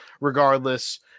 Regardless